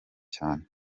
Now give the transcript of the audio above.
cyane